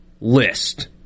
list